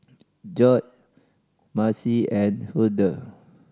Gorge Marci and Hulda